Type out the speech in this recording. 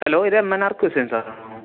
hello ഇത് M N R കുസിൻസാണോ